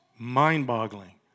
mind-boggling